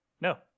No